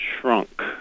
shrunk